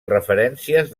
referències